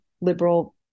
liberal